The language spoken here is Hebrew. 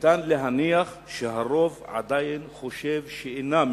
אפשר להניח שהרוב עדיין חושב שהיא אינה מתקתקת.